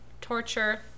torture